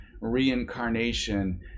reincarnation